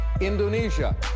indonesia